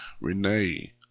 Renee